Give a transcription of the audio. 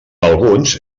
alguns